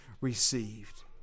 received